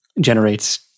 generates